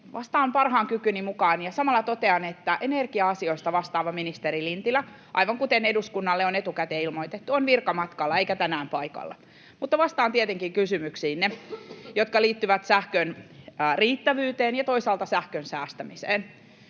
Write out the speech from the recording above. Vastaan parhaan kykyni mukaan ja samalla totean, että energia-asioista vastaava ministeri Lintilä, aivan kuten eduskunnalle on etukäteen ilmoitettu, on virkamatkalla eikä tänään paikalla, mutta vastaan tietenkin kysymyksiinne, jotka liittyvät sähkön riittävyyteen ja toisaalta sähkön säästämiseen.